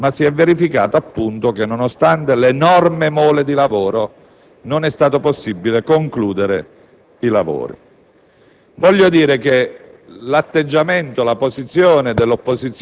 non soltanto sono state rigettate, ma si è verificato che, nonostante l'enorme impegno, non è stato possibile concludere i lavori.